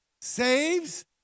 saves